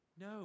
No